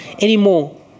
anymore